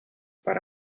para